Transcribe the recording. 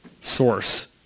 source